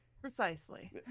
Precisely